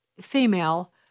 female